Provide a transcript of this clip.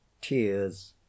tears